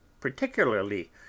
particularly